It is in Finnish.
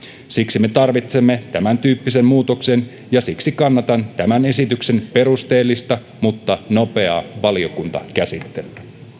siksi me tarvitsemme tämäntyyppisen muutoksen ja siksi kannatan tämän esityksen perusteellista mutta nopeaa valiokuntakäsittelyä